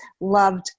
loved